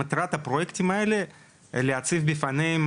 שמטרת הפרויקטים האלו היא להציב בפניהם